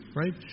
right